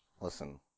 Listen